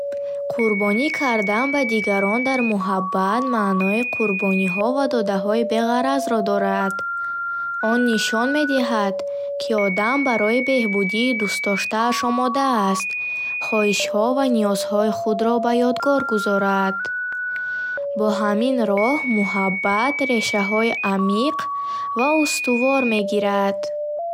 Қурбонӣ кардан ба дигарон дар муҳаббат маънои қурбониҳо ва додаҳои беғаразро дорад. Он нишон медиҳад, ки одам барои беҳбудии дӯстдоштааш омода аст, хоҳишҳо ва ниёзҳои худро ба ёдгор гузорад. Бо ҳамин роҳ муҳаббат решаҳои амиқ ва устувор мегирад.